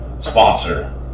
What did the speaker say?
sponsor